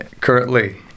currently